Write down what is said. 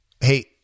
Hey